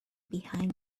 behind